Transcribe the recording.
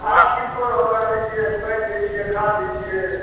आठ दिनपर ओकरा दै छिए पानि दै छिए खाद दै छिए